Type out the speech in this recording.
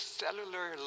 cellular